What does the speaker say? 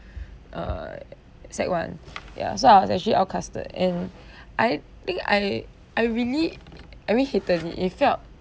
uh sec~ one ya so I was actually outcasted and I think I I really I really hated it felt